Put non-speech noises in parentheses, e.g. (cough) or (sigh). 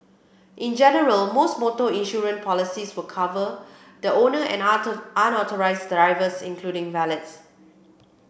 in general most motor insurance policies will cover the owner and (unintelligible) authorised drivers including valets